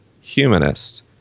humanist